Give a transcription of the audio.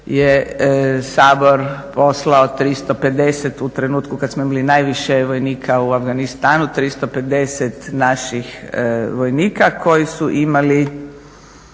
je Sabor poslao 350 u trenutku kad smo imali najviše vojnika u Afganistanu, 350 naših vojnika koji su imali